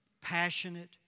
passionate